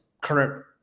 current